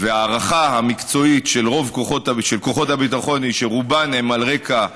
וההערכה המקצועית של כוחות הביטחון היא שרובן הן על רקע לאומני,